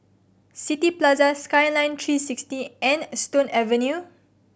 City Plaza Skyline tree sixty and Stone Avenue